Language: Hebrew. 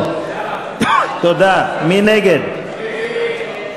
הרשות למאגר ביומטרי,